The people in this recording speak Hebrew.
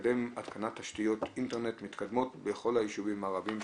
לקדם התקנת תשתיות אינטרנט מתקדמות בכל היישובים הערביים,